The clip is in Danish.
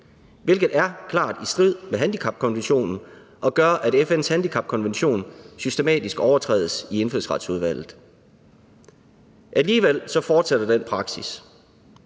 hvilket er klart i strid med handicapkonventionen og gør, at FN's handicapkonvention systematisk overtrædes af Indfødsretsudvalget. Alligevel fortsætter den praksis.